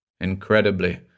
Incredibly